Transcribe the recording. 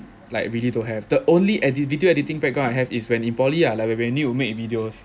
like really don't have the only edit video editing background I have is when in poly ah like when we need to make a video